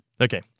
Okay